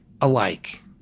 alike